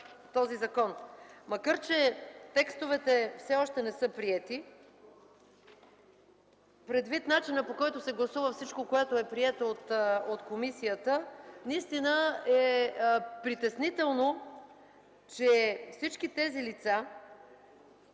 Макар че текстовете все още не са приети, предвид начина, по който се гласува всичко, което е прието от комисията, е притеснително, че всички тези лица